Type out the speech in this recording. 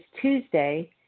Tuesday